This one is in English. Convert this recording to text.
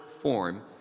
form